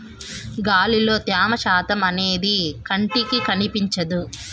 గాలిలో త్యమ శాతం అనేది కంటికి కనిపించదు